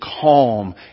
calm